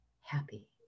happy